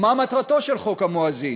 ומה מטרתו של חוק המואזין?